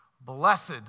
Blessed